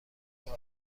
اشنا